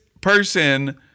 person